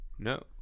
No